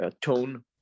tone